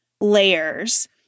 layers